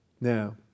Now